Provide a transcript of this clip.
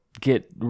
get